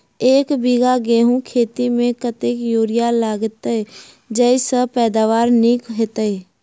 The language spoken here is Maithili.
एक बीघा गेंहूँ खेती मे कतेक यूरिया लागतै जयसँ पैदावार नीक हेतइ?